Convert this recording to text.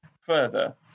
further